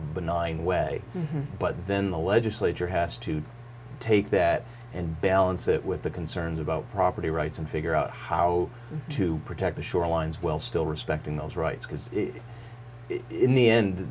benign way but then the legislature has to take that and balance it with the concerns about property rights and figure out how to protect the shorelines well still respecting those rights because if it's the end